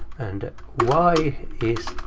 and y is